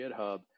GitHub